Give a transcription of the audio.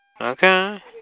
Okay